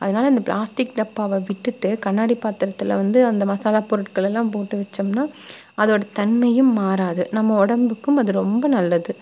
அதனால் அந்த பிளாஸ்டிக் டப்பாவை விட்டுவிட்டு கண்ணாடி பாத்திரத்தில் வந்து அந்த மசாலா பொருட்களெல்லாம் போட்டு வெச்சோம்னா அதோட தன்மையும் மாறாது நம்ம உடம்புக்கும் அது ரொம்ப நல்லது